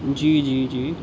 جی جی جی